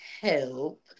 help